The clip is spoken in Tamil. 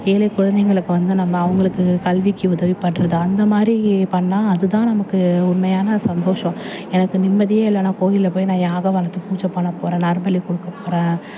ஏழை குழந்தைங்களுக்கு வந்து நம்ம அவங்களுக்கு கல்விக்கு உதவி பண்ணுறது அந்த மாதிரி பண்ணால் அது தான் நமக்கு உண்மையான சந்தோஷம் எனக்கு நிம்மதியே இல்லை நான் கோவில்ல போய் நான் யாகம் வளர்த்து பூஜை பண்ணப் போகிறேன் நரபலி கொடுக்கப் போகிறேன்